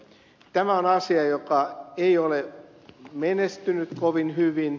tämä on asia joka ei ole menestynyt kovin hyvin